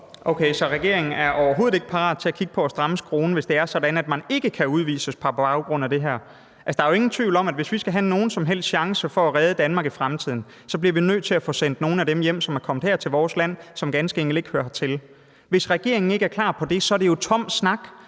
Okay, så regeringen er overhovedet ikke parat til at kigge på at stramme skruen, hvis det er sådan, at man ikke kan udvises på baggrund af det her. Altså, der er jo ingen tvivl om, at hvis vi skal have nogen som helst chance for at redde Danmark i fremtiden, bliver vi nødt til at få sendt nogle af dem hjem, som er kommet her til vores land, og som ganske enkelt ikke hører til her. Hvis regeringen ikke er klar til det, er det jo tom snak;